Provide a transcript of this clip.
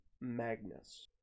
magnus